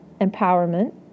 empowerment